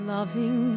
Loving